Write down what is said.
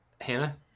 Hannah